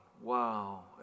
wow